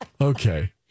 Okay